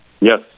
Yes